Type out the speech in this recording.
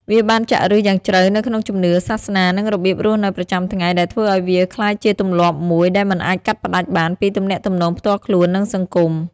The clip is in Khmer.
វាបានចាក់ឫសយ៉ាងជ្រៅនៅក្នុងជំនឿ សាសនា និងរបៀបរស់នៅប្រចាំថ្ងៃ ដែលធ្វើឱ្យវាក្លាយជាទម្លាប់មួយដែលមិនអាចកាត់ផ្តាច់បានពីទំនាក់ទំនងផ្ទាល់ខ្លួន និងសង្គម។